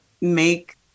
make